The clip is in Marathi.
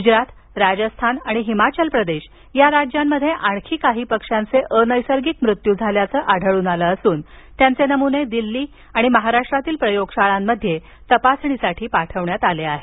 गुजरात राजस्थान आणि हिमाचल प्रदेश या राज्यांमध्ये आणखी काही पक्षांचे अनैसर्गिक मृत्यू झाल्याचं आढळून आलं असून त्यांचे नमुने दिल्ली आणि महाराष्ट्रातील प्रयोगशाळांमध्ये तपासणीसाठी पाठवण्यात आले आहेत